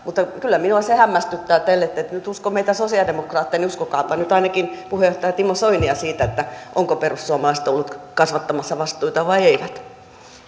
mutta kyllä minua se hämmästyttää ja ellette te nyt usko meitä sosialidemokraatteja niin uskokaapa nyt ainakin puheenjohtaja timo soinia siinä ovatko perussuomalaiset olleet kasvattamassa vastuita vai eivät